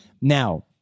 Now